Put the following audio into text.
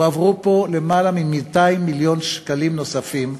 הועברו פה למעלה מ-200 מיליון שקלים נוספים.